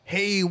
Hey